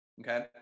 okay